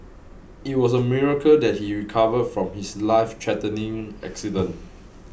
it was a miracle that he recovered from his lifethreatening accident